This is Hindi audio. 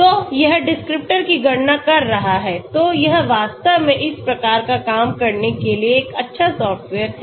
तो यह डिस्क्रिप्टर की गणना कर रहा है तो यह वास्तव में इस प्रकार का काम करने के लिए एक अच्छा सॉफ्टवेयर है